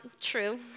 True